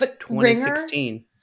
2016